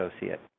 associate